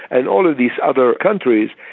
and all of these other countries,